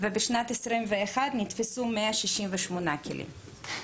ובשנת 2021 נתפסו 168 כלים.